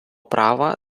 права